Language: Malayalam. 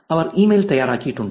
അവർ ഇമെയിൽ തയ്യാറാക്കിയിട്ടുണ്ട്